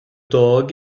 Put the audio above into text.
dog